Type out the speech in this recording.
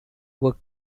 were